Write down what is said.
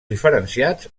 diferenciats